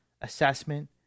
assessment